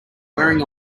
wearing